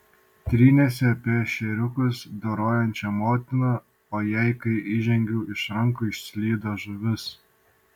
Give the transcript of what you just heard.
trynėsi apie ešeriukus dorojančią motiną o jai kai įžengiau iš rankų išslydo žuvis